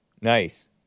Nice